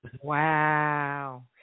Wow